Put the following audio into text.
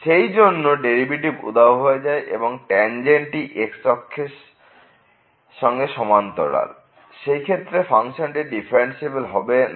সেই জন্য ডেরিভেটিভ উধাও হয়ে যায় বা ট্যানজেন্টটি x অক্ষের সঙ্গে সমান্তরাল সেই ক্ষেত্রে ফাংশনটি ডিফারেন্সিএবেল হবে না